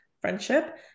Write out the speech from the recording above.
friendship